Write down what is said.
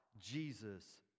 Jesus